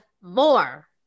more